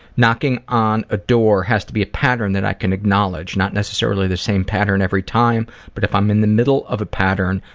knocking on a door has to be a pattern that i can acknowledge not necessarily the same pattern every time, but if i'm in the middle of a pattern,